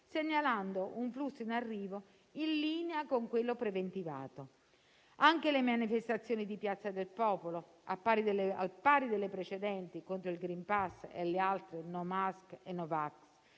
segnalando un flusso in arrivo in linea con quello preventivato. Anche la manifestazione di Piazza del Popolo, al pari delle precedenti contro il *green pass* e le altro no vax e no mask,